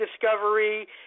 Discovery